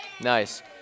Nice